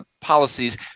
policies